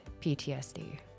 PTSD